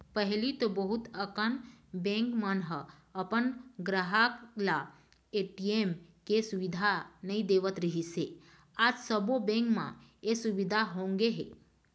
पहिली तो बहुत अकन बेंक मन ह अपन गराहक ल ए.टी.एम के सुबिधा नइ देवत रिहिस हे आज सबो बेंक म ए सुबिधा होगे हे